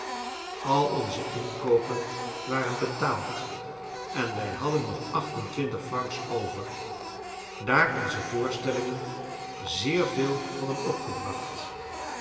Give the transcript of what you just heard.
al onze inkoopen waren betaald en wij hadden nog acht en twintig francs over daar onze voorstellingen zeer veel hadden opgebracht